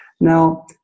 Now